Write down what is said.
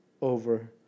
over